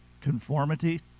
conformity